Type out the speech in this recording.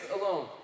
alone